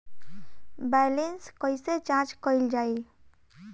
Balance कइसे जांच कइल जाइ?